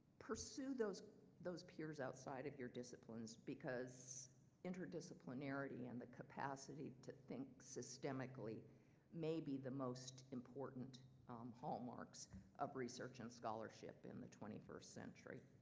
pursue those those peers outside of your disciplines because interdisciplinarity and the capacity to think systemically may be the most important hallmarks of research and scholarship in the twenty first century.